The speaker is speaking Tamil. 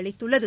அளித்துள்ளது